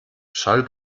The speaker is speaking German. schall